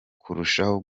kurushaho